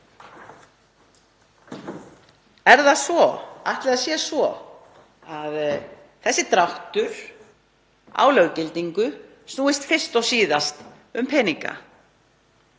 fólks. Ætli það sé svo að þessi dráttur á löggildingu snúist fyrst og síðast um peninga?